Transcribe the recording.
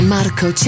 Marco